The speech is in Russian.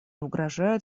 угрожают